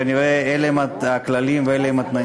כנראה אלה הם הכללים ואלה הם התנאים.